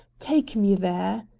take me there!